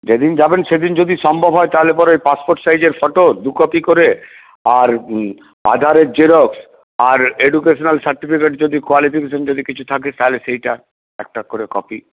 যেদিন যাবেন সেই দিন যদি সম্ভব হয় তাহলে পরে পাসপোর্ট সাইজের ফটো দু কপি করে আর আধারের জেরক্স আর এডুকেশনাল সার্টিফিকেট যদি কোয়ালিফিকেশন যদি কিছু থাকে তাহলে সেইটা একটা করে কপি